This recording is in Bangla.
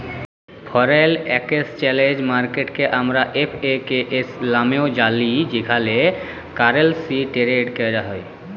ফ্যরেল একেসচ্যালেজ মার্কেটকে আমরা এফ.এ.কে.এস লামেও জালি যেখালে কারেলসি টেরেড ক্যরা হ্যয়